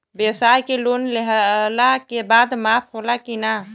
ब्यवसाय के लोन लेहला के बाद माफ़ होला की ना?